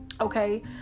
Okay